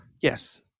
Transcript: Yes